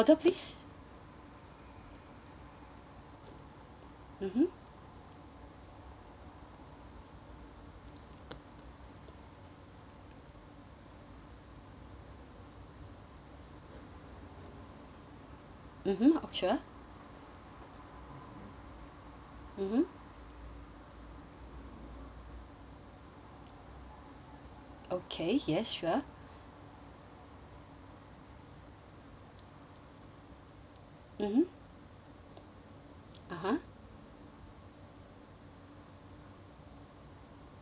mmhmm mmhmm oh sure mmhmm okay yes sure mmhmm (uh huh)